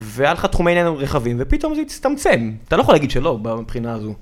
והיה לך תחומי עניין רחבים ופתאום זה הצטמצם, אתה לא יכול להגיד שלא בבחינה הזו.